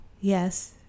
Yes